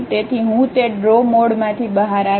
તેથી હું તે ડ્રો મોડમાંથી બહાર આવીશ